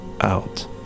out